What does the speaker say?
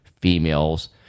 females